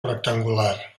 rectangular